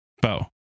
Bo